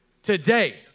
today